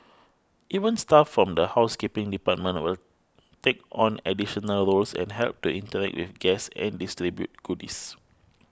even staff from the housekeeping department will take on additional roles and help to interact with guests and distribute goodies